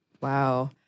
Wow